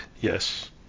yes